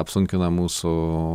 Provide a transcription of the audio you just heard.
apsunkina mūsų